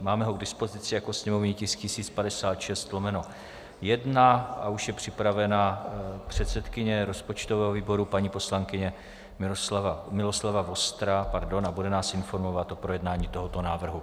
Máme ho k dispozici jako sněmovní tisk 1056/1 a už je připravena předsedkyně rozpočtového výboru paní poslankyně Miloslava Vostrá a bude nás informovat o projednání tohoto návrhu.